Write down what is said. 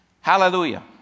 Hallelujah